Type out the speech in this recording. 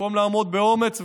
במקום לעמוד באומץ ולומר: